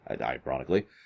ironically